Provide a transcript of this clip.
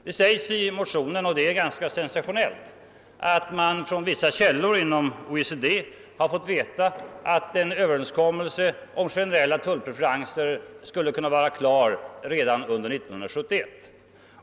Det sägs i utskottets betänkande — och det är ganska sensationellt — att man från vissa källor inom OECD har fått veta, att en Överenskommelse om generella tullpreferenser skulle vara klar redan under 1971.